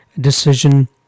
decision